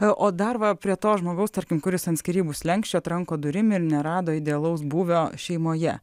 o dar va prie to žmogaus tarkim kuris ant skyrybų slenksčio tranko durim ir nerado idealaus būvio šeimoje